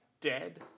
dead